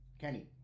Kenny